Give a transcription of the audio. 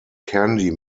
candy